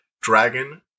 dragon